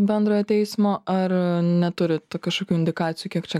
bendrojo teismo ar neturi kažkokių indikacijų kiek čia